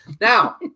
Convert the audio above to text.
Now